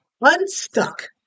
Unstuck